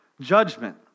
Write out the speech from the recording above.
Judgment